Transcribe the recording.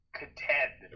contend